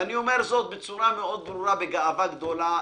ואני אומר זאת בצורה מאוד ברורה ובגאווה גדולה,